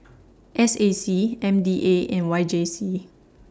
S A C M D A and Y J C